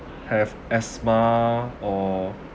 have asthma or